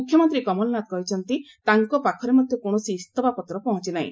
ମୁଖ୍ୟମନ୍ତ୍ରୀ କମଲନାଥ କହିଛନ୍ତି ତାଙ୍କ ପାଖରେ ମଧ୍ୟ କୌଣସି ଇସଫାପତ୍ର ପହଞ୍ଚି ନାହି